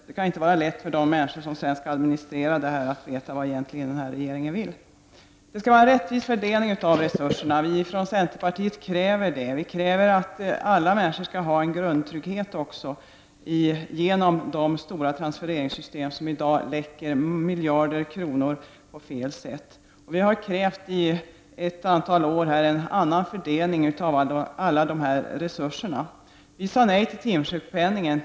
Det kan inte vara lätt för de människor som sedan skall administrera det här att veta vad regeringen egentligen vill. Vi i centerpartiet kräver en rättvis fördelning av resurserna. Vi kräver att alla människor skall ha en grundtrygghet genom de stora transfereringssystem som i dag läcker miljarder kronor på fel sätt. Vi har i ett antal år krävt en annan fördelning av alla de här resurserna. Vi sade nej till timsjukpenningen.